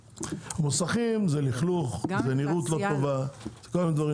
מוסכים זה לכלוך, נראות לא טובה וכו'.